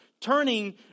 turning